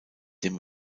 dem